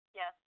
yes